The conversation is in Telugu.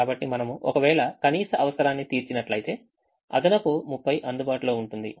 కాబట్టి మనము ఒకవేళ కనీస అవసరాన్ని తీర్చినట్లయితే అదనపు 30 అందుబాటులో ఉంటుంది